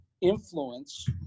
influence